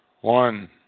one